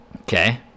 Okay